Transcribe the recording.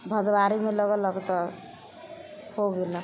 भदवारीमे लगेलक तऽ हो गेलक